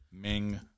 Ming